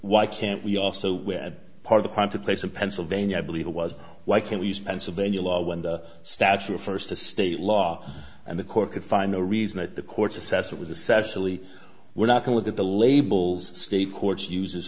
why can't we also where part of the crime took place in pennsylvania i believe it was why can we use pennsylvania law when the statue of first a state law and the court could find a reason that the courts assessed it was a sexually we're not to look at the labels state courts uses